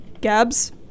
Gabs